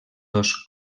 dos